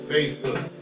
Facebook